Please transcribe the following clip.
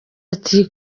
ati